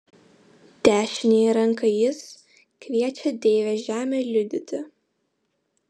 dešiniąja ranka jis kviečia deivę žemę liudyti